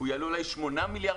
8 מיליארד